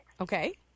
Okay